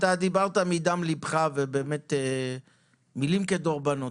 דיברתי מדם ליבך ובאמת מילים כדורבנות.